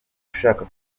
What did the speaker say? ushaka